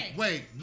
wait